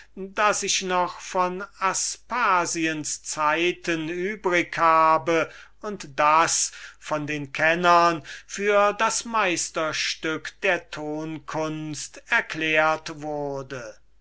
das ich noch aus aspasiens zeiten übrig habe und das von den kennern für das meisterstück der tonkunst erklärt wurde